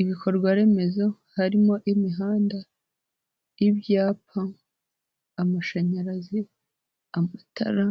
Ibikorwaremezo harimo imihanda, ibyapa, amashanyarazi, amatara,